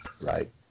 right